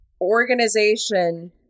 organization